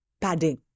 padding